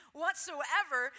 whatsoever